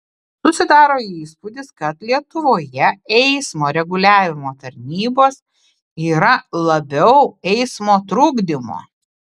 susidaro įspūdis kad lietuvoje eismo reguliavimo tarnybos yra labiau eismo trukdymo